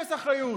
אפס אחריות,